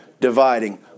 dividing